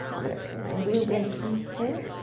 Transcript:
i'm gonna bring my blue blankie here.